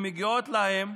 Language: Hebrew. שמגיעות להם